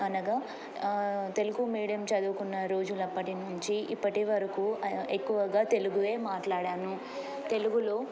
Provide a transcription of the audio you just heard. అనగా తెలుగు మీడియం చదువుకున్న రోజులప్పటి నుంచి ఇప్పటి వరకు ఎక్కువగా తెలుగువే మాట్లాడాను తెలుగులో